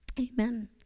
amen